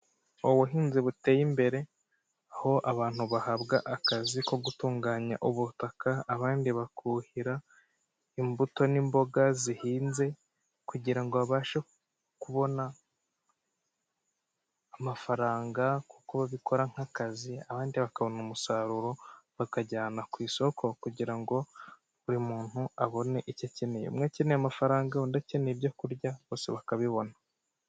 ubuhinzi buteye imbere, aho abantu bahabwa akazi ko gutunganya ubutaka, abandi bakuhira imbuto n'imboga, zihinze kugira ngo babashe kubona amafaranga kuko babikora nk'akazi, abandi bakabona umusaruro, bakajyana ku isoko kugira ngo buri muntu abone icyo akeneye, umwe akeneye amafaranga ndetse n'ibyokurya bose bakabibona.